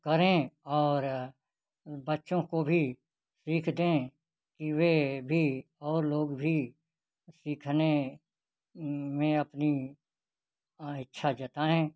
करें और बच्चों को भी सीख दे कि वे भी और लोग भी सीखने में अपनी आ इच्छा जताएँ